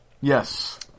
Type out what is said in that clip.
yes